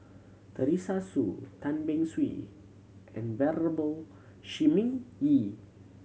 Teresa Hsu Tan Beng Swee and Venerable Shi Ming Yi